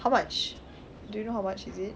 how much do you know how much is it